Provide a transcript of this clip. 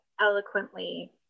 eloquently